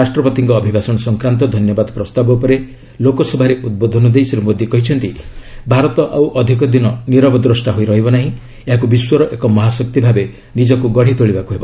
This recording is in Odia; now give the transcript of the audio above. ରାଷ୍ଟ୍ରପତିଙ୍କ ଅଭିଭାଷଣ ସଂକ୍ରାନ୍ତ ଧନ୍ୟବାଦ ପ୍ରସ୍ତାବ ଉପରେ ଲୋକସଭାରେ ଉଦ୍ବୋଧନ ଦେଇ ଶ୍ରୀ ମୋଦୀ କହିଛନ୍ତି ଭାରତ ଆଉ ଅଧିକ ଦିନ ନିରବଦ୍ରଷ୍ଟା ହୋଇ ରହିବ ନାହିଁ ଏହାକୁ ବିଶ୍ୱର ଏକ ମହାଶକ୍ତି ଭାବେ ନିଜକୁ ଗଢ଼ିବାକୁ ହେବ